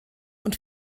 und